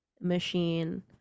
machine